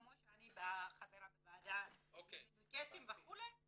כמו שאני חברה בוועדה למינוי קייסים וכולי.